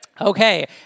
Okay